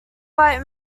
white